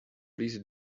please